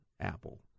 Apple